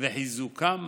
וחיזוקם